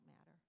matter